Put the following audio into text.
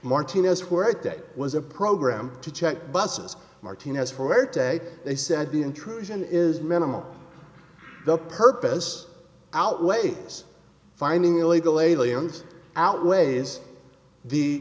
martinez who right there was a program to check busses martinez for today they said the intrusion is minimal the purpose outweighs finding illegal aliens outweighs the